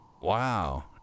Wow